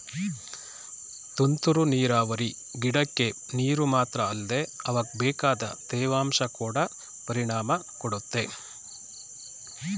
ತುಂತುರು ನೀರಾವರಿ ಗಿಡಕ್ಕೆ ನೀರು ಮಾತ್ರ ಅಲ್ದೆ ಅವಕ್ಬೇಕಾದ ತೇವಾಂಶ ಕೊಡ ಪರಿಣಾಮ ಕೊಡುತ್ತೆ